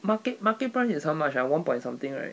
market market price is how much ah one point something right